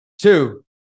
Two